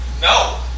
No